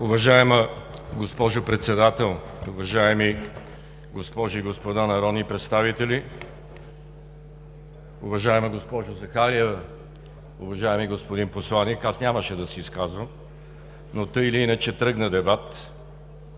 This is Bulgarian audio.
Уважаема госпожо Председател, уважаеми госпожи и господа народни представители, уважаема госпожо Захариева, уважаеми господин посланик! Аз нямаше да се изказвам, но тъй или иначе тръгна дебат.